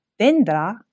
dendra